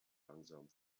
langsam